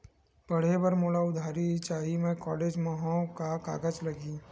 पढ़े बर मोला उधारी चाही मैं कॉलेज मा हव, का कागज लगही?